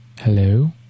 Hello